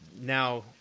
now